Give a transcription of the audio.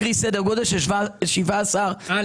קרי סדר גודל של 17 מגה-ואט.